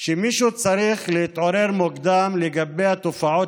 שמישהו צריך להתעורר מוקדם לגבי התופעות